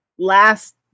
last